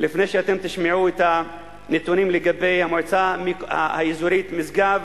לפני שאתם תשמעו את הנתונים לגבי המועצה האזורית משגב.